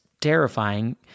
terrifying